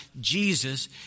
Jesus